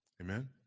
Amen